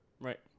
Right